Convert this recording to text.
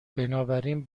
بنابراین